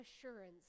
assurance